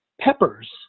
peppers